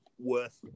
Worth